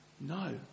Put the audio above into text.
No